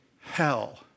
hell